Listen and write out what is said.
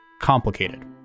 complicated